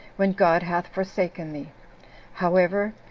when god hath forsaken thee however,